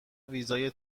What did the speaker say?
ویزای